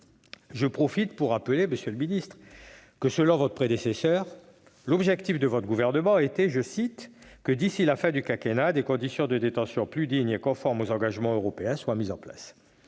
de loi et nous y associer. Monsieur le garde des sceaux, selon votre prédécesseure, l'objectif du Gouvernement était que, « d'ici à la fin du quinquennat, des conditions de détention plus dignes et conformes aux engagements européens soient mises en place ».